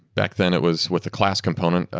back then it was with a class component,